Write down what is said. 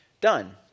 done